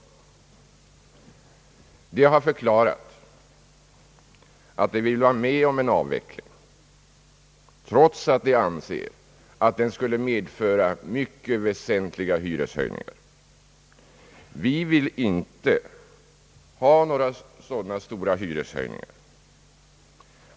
De har förklarat att de vill vara med om en avveckling trots att de anser att den skulle medföra mycket väsentliga hyreshöjningar. Vi vill inte vara med om några sådana stora hyreshöjningar.